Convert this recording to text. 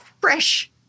fresh